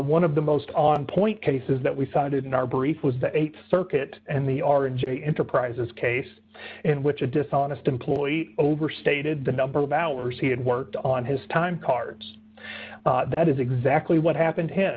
one of the most on point cases that we cited in our brief was the th circuit and the r j enterprises case in which a dishonest employee overstated the number of hours he had worked on his time cards that is exactly what happened hit